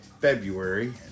February